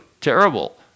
terrible